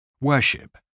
Worship